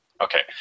Okay